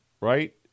right